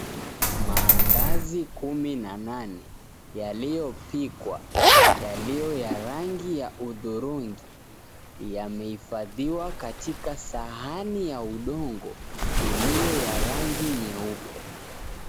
Mandazi kumi na nane yaliyopikwa yaliyo ya rangi ya udhurungi yamehifadhiwa katika sahani ya udongo iliyo ya rangi nyeupe.